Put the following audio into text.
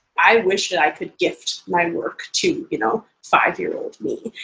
i wish that i could gift my work to you know five year old me.